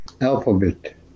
alphabet